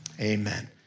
amen